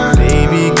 baby